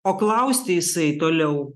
o klausti jisai toliau